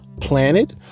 planet